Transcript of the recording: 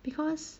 because